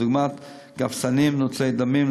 דוגמת גבסנים ונוטלי דמים,